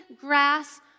grass